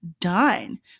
done